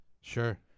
Sure